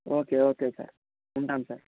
okay okay sir ఉంటాను sir